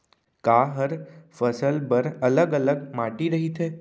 का हर फसल बर अलग अलग माटी रहिथे?